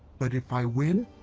but if i win,